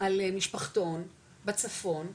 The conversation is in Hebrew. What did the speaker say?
על משפחתון, בצפון,